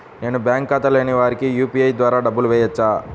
నేను బ్యాంక్ ఖాతా లేని వారికి యూ.పీ.ఐ ద్వారా డబ్బులు వేయచ్చా?